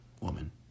woman